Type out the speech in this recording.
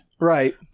right